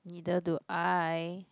neither do I